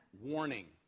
Warning